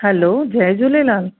hello जय झूलेलाल